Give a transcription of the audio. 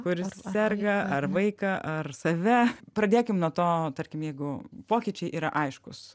kuris serga ar vaiką ar save pradėkim nuo to tarkim jeigu pokyčiai yra aiškūs